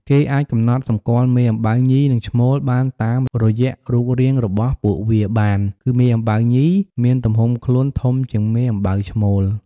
គេអាចកំណត់សម្គាល់មេអំបៅញី និងឈ្មោលបានតាមរយៈរូបរាងរបស់ពួកវាបាន គឺមេអំបៅញី មានទំហំខ្លួនធំជាងមេអំបៅឈ្មោល។